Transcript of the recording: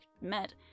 met